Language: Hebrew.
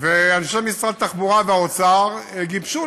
אנשי משרד התחבורה והאוצר גיבשו,